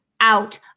out